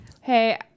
Hey